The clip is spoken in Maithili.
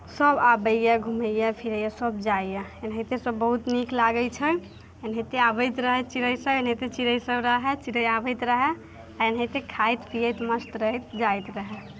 सभ आबैए घूमैए फिरेए सभ जाइए एनाहिते सभ बहुत नीक लागैत छै एनाहिते आबैत रहए चिड़ैसभ एनाहिते चिड़ैसभ रहय चिड़ै आबैत रहय आओर एनाहिते खाइत पियैत मस्त रहए जाइत रहए